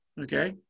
Okay